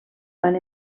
van